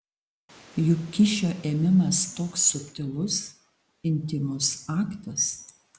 juk kyšio ėmimas toks subtilus intymus aktas